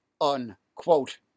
unquote